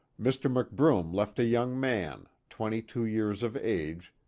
mr. mcbroom left a young man, twenty-two years of age,